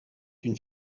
une